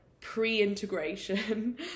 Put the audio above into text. pre-integration